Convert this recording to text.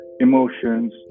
emotions